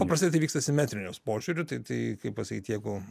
paprastai tai vyksta simetrijos požiūriu tai tai kaip pasakyt jeigu